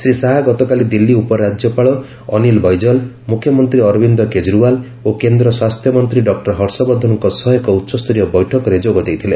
ଶ୍ରୀ ଶାହା ଗତକାଲି ଦିଲ୍ଲୀ ଉପରାଜ୍ୟପାଳ ଅନୀଲ ବୈଜଲ ମୁଖ୍ୟମନ୍ତ୍ରୀ ଅରବିନ୍ଦ କେଜରିଓ୍ବାଲ ଓ କେନ୍ଦ୍ର ସ୍ୱାସ୍ଥ୍ୟ ମନ୍ତ୍ରୀ ଡକ୍କର ହର୍ଷବର୍ଦ୍ଧନଙ୍କ ସହ ଏକ ଉଚ୍ଚସ୍ତରୀୟ ବୈଠକରେ ଯୋଗ ଦେଇଥିଲେ